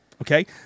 okay